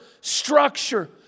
structure